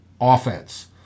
offense